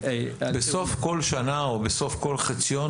בסוף כל שנה או בסוף כל חציון,